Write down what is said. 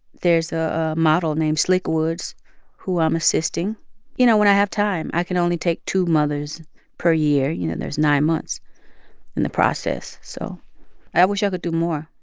there's a model named slick woods who i'm assisting you know, when i have time. i can only take two mothers per year. you know, there's nine months in the process, so i wish i could do more.